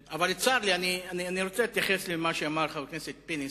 אני רוצה להתייחס למה שאמר חבר הכנסת פינס,